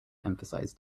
emphasize